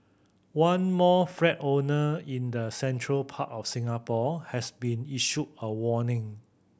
one more flat owner in the central part of Singapore has been issued a warning